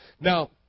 Now